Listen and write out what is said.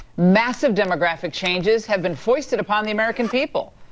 massive demographic changes have been foisted upon the american people,